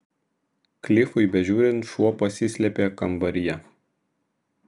klifui bežiūrint šuo pasislėpė kambaryje